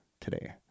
today